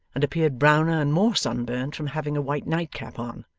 and appeared browner and more sun-burnt from having a white nightcap on.